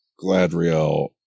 Gladriel